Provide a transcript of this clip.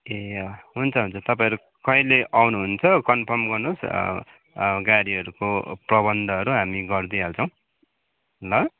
ए हुन्छ हुन्छ तपाईंहरू कहिले आउनु हुन्छ कन्फर्म गर्नु होस् गाड़ीहरूको प्रबन्धहरू हामी गरिदिइहाल्छौँ ल